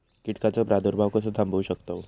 कीटकांचो प्रादुर्भाव कसो थांबवू शकतव?